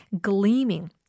gleaming